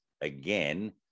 again